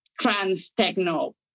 trans-techno